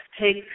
take